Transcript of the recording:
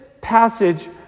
passage